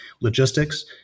logistics